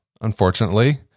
unfortunately